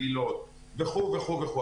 רגילות, וכו' וכו' וכו'.